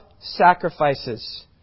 sacrifices